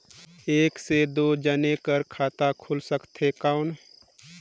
एक से दो जने कर खाता खुल सकथे कौन?